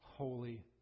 holy